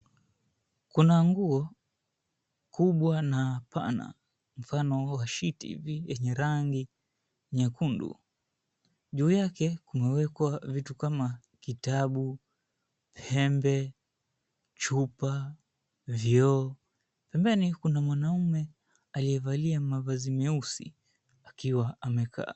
Kuna nguo kubwa na pana mfano wa shiti hivi yenye rangi nyekundu. Juu yake kumewekwa vitu kama kitabu, pembe, chupa, vioo. Pembeni kuna mwanaume aliyevalia mavazi meusi akiwa amekaa.